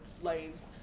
slaves